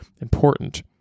important